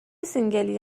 سینگلی